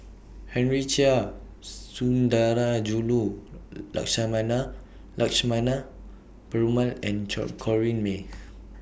Henry Chia Sundarajulu Lakshmana Perumal and Corrinne May